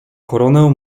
koronę